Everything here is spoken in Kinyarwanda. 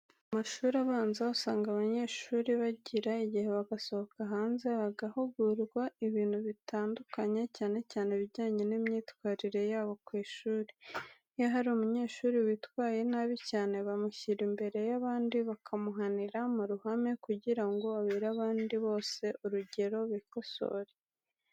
Mu mashuri abanza usanga abanyeshuri bagira igihe bagasohoka hanze bagahugurwa ibintu bitandukanye, cyane cyane ibijyanye n'imyitwarire yabo kw'ishuri, iyo hari umunyeshuri witwaye nabi cyane bamushyira imbere yabandi, bakamuhanira muruhame kugira ngo abere abandi bose urugero bikosore.